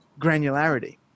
granularity